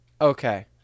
Okay